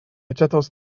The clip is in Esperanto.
aĉetos